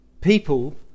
People